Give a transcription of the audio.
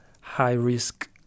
high-risk